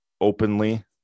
openly